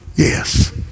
Yes